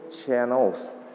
channels